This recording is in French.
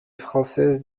française